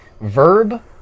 verb